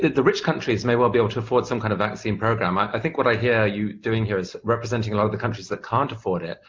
the rich countries may well be able to afford some kind of vaccine program. i i think what i hear you doing here is representing a lot of the countries that can't afford it,